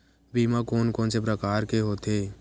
बीमा कोन कोन से प्रकार के होथे?